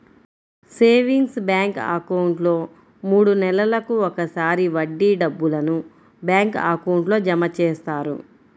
savings bank అకౌంట్లో మూడు నెలలకు ఒకసారి వడ్డీ డబ్బులను బ్యాంక్ అకౌంట్లో జమ చేస్తారు